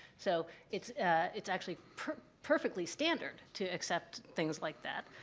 so, it's it's actually perfectly standard to accept things like that.